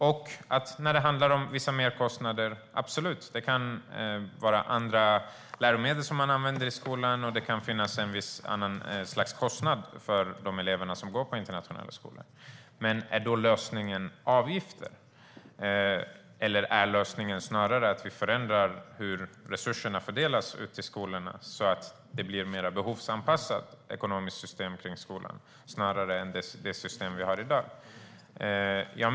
Visst kan det finnas vissa merkostnader - det kan vara andra läromedel man använder, och det kan finnas ett annat slags kostnad för de elever som går på internationella skolor - men är då avgifter lösningen? Är inte lösningen snarare att vi förändrar hur resurserna fördelas ute i skolorna, så att det blir ett mer behovsanpassat ekonomiskt system än det vi har i dag?